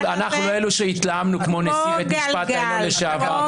כמו גלגל.